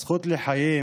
הזכות לחיים